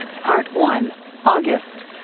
part one august